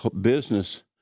business